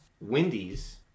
Wendy's